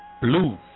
Blue